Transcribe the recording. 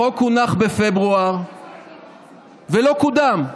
החוק הונח בפברואר ולא קודם,